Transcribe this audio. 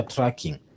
Tracking